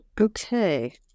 Okay